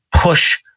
push